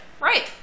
Right